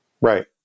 Right